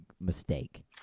mistake